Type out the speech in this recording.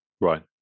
Right